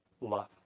love